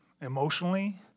Emotionally